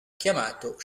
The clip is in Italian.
chiamato